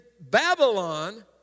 Babylon